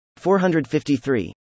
453